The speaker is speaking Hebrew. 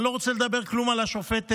אני לא רוצה לדבר כלום על השופטת